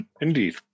Indeed